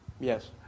Yes